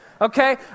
Okay